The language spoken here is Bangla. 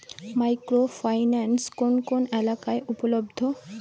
মাইক্রো ফাইন্যান্স কোন কোন এলাকায় উপলব্ধ?